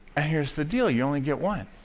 and here's the deal you only get one.